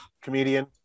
comedian